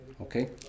Okay